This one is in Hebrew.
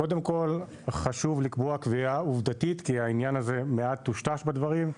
קודם כל חשוב לקבוע קביעה עובדתית כי העניין הזה מעט טושטש בדברים.